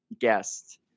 guest